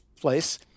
place